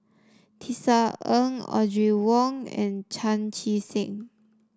Tisa Ng Audrey Wong and Chan Chee Seng